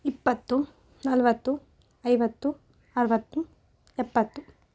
ಇಪ್ಪತ್ತು ನಲವತ್ತು ಐವತ್ತು ಅರುವತ್ತು ಎಪ್ಪತ್ತು